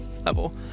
level